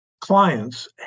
clients